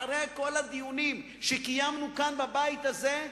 אחרי כל הדיונים שקיימנו כאן בבית הזה,